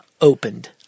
opened